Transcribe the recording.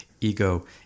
ego